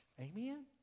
Amen